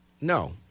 No